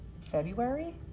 February